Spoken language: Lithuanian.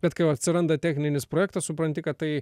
bet kai atsiranda techninis projektas supranti kad tai